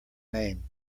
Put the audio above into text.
name